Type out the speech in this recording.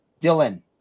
Dylan